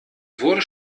wurde